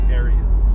areas